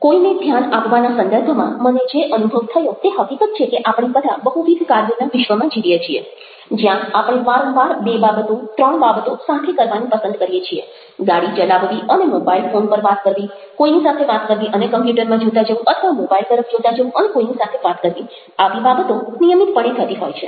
કોઈને ધ્યાન આપવાના સંદર્ભમાં મને જે અનુભવ થયો તે હકીકત છે કે આપણે બધા બહુવિધ કાર્યોના વિશ્વમાં જીવીએ છીએ જ્યાં આપણે વારંવાર બે બાબતો ત્રણ બાબતો સાથે કરવાનું પસંદ કરીએ છીએ ગાડી ચલાવવી અને મોબાઇલ ફોન પર વાત કરવી કોઈની સાથે વાત કરવી અને કમ્પ્યૂટરમાં જોતા જવું અથવા મોબાઈલ તરફ જોતા જવું અને કોઈની સાથે વાત કરવી આવી બાબતો નિયમિતપણે થતી હોય છે